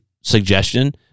suggestion